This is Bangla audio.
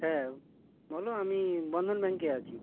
হ্যাঁ বলো আমি বন্ধন ব্যাঙ্কে আছি